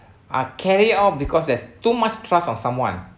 are carry out because there's too much trust of someone